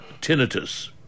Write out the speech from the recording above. tinnitus